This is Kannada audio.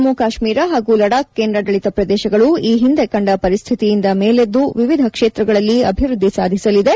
ಜಮ್ಮು ಕಾಶ್ಮೀರ ಹಾಗೂ ಲಡಾಕ್ ಕೇಂದ್ರಾಡಳಿತ ಪ್ರದೇಶಗಳು ಈ ಹಿಂದೆ ಕಂಡ ಪರಿಸ್ತಿತಿಯಿಂದ ಮೇಲೆದ್ದು ವಿವಿಧ ಕ್ಷೇತ್ರಗಳಲ್ಲಿ ಅಭಿವೃದ್ದಿ ಸಾಧಿಸಲಿದೆ